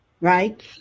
Right